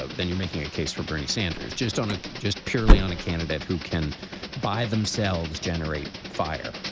ah then you're making a case for bernie sanders. just on ah just purely on a candidate who can by themselves generate fire.